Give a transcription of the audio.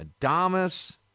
Adamas